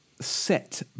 set